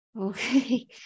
Okay